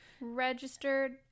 registered